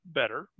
better